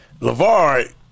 LaVar